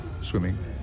swimming